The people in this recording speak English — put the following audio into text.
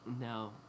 No